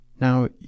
Now